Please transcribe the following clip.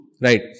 right